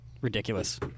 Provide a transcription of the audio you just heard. ridiculous